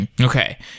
Okay